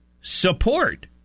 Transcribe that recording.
support